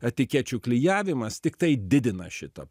etikečių klijavimas tiktai didina šitą